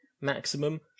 maximum